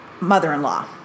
mother-in-law